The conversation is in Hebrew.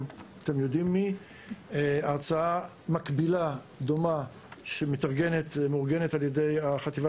הרצאה מקבילה דומה שמאורגנת על-ידי החטיבה